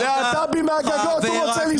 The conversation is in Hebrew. בממשלה.